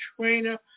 trainer